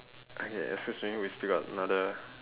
okay excuse me we still got another